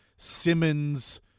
Simmons